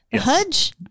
hudge